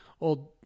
old